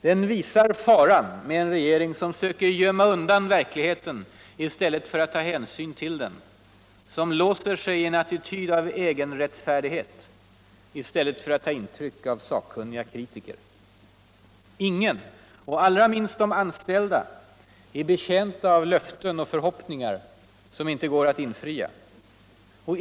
Den visar faran med en regering som söker gömma undan verkligheten t stället för att ta hänsyvn till den, som låser sig i en attitvd av egenrättfärdighet i stället för att ta intryck av sakkunniga kritiker. Ingen — allra minst de anställda — är betjänta av löften och förhoppningar som inte går att infria.